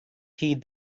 heed